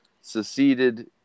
seceded